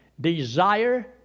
desire